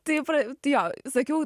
tai praver tai jo sakiau